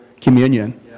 communion